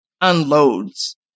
unloads